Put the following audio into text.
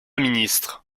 ministre